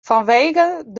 fanwegen